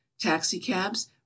taxicabs